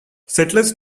settlers